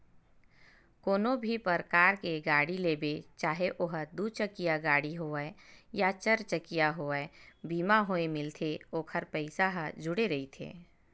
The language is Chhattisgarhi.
कोनो भी परकार के गाड़ी लेबे चाहे ओहा दू चकिया गाड़ी होवय या चरचकिया होवय बीमा होय मिलथे ओखर पइसा ह जुड़े रहिथे